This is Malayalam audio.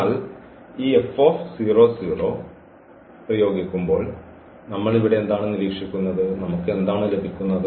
എന്നാൽ ഈ പ്രയോഗിക്കുമ്പോൾ നമ്മൾ ഇവിടെ എന്താണ് നിരീക്ഷിക്കുന്നത് നമുക്ക് എന്താണ് ലഭിക്കുന്നത്